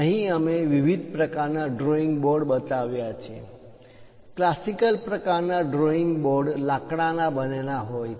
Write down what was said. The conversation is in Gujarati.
અહીં અમે વિવિધ પ્રકારના ડ્રોઈંગ બોર્ડ બતાવ્યા છે ક્લાસિકલ પ્રકારના ડ્રોઈંગ બોર્ડ લાકડાના બનેલા હોય છે